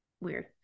weird